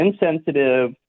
insensitive